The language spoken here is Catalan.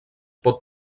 pot